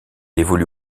évolue